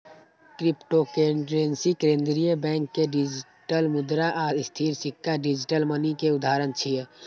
cryptocurrency, केंद्रीय bank के digital मुद्रा आ स्थिर सिक्का डिजिटल मनी के उदाहरण छियै